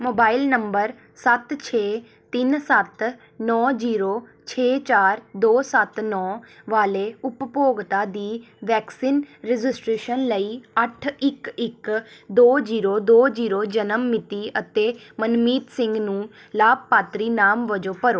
mobile number ਸੱਤ ਛੇ ਤਿੰਨ ਸੱਤ ਨੌਂ ਜੀਰੋ ਛੇ ਚਾਰ ਦੋ ਸੱਤ ਨੌਂ ਵਾਲੇ ਉਪਭੋਗਤਾ ਦੀ ਵੈਕਸੀਨ ਰਜਿਸਟ੍ਰੇਸ਼ਨ ਲਈ ਅੱਠ ਇੱਕ ਇੱਕ ਦੋ ਜੀਰੋ ਦੋ ਜੀਰੋ ਜਨਮ ਮਿਤੀ ਅਤੇ ਮਨਮੀਤ ਸਿੰਘ ਨੂੰ ਲਾਭਪਾਤਰੀ ਨਾਮ ਵਜੋਂ ਭਰੋ